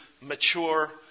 mature